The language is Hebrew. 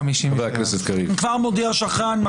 שלושה בעד, ארבעה נגד, אין נמנעים.